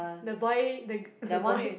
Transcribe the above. the boy the g~ the boy